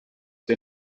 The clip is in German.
der